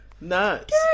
Nuts